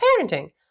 parenting